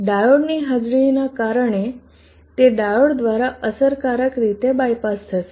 ડાયોડની હાજરી કારણે તે ડાયોડ દ્વારા અસરકારક રીતે બાયપાસ થશે